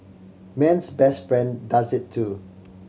man's best friend does it too